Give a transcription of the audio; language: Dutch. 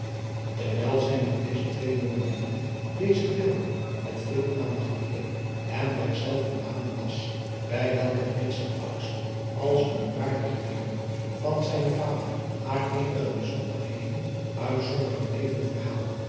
erwijl zij met deze twee jongelieden deze beelden met veel aandacht bekeek en derzelver namen las bij welke reeds de oudste als een waardig leerling van zijnen vader haar eenige bijzonderheden uit sommiger